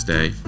Day